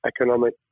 economic